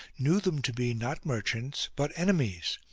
knew them to be not merchants but enemies,